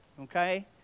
Okay